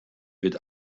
wird